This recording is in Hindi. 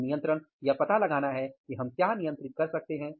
तो नियंत्रण यह पता लगाना है कि हम क्या नियंत्रित कर सकते हैं